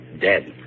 Dead